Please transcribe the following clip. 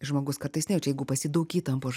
žmogus kartais nejaučia jeigu pas jį daug įtampos